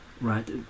right